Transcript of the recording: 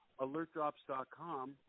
AlertDrops.com